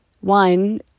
one